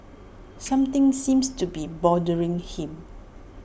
something seems to be bothering him